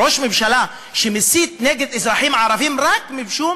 ראש ממשלה שמסית נגד אזרחים ערבים רק משום